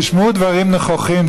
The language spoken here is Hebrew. תשמעו דברים נכוחים,